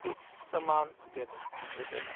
किछु समान दए देलक